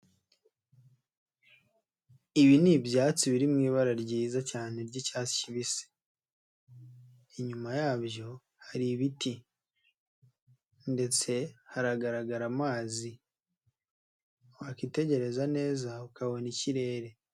Ibi ni ibyatsi biri ryiza cyane ry'icyatsi kibisi. Inyuma yabyo hari ibiti ndetse haragaragara amazi. Wakitegereza neza ukabona ikirere.